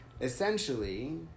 Essentially